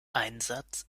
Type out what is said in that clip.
einsatz